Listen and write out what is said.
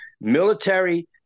military